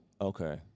Okay